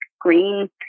green